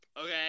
okay